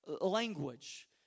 language